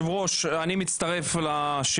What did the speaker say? אני גם אומר בהמשך לדיונים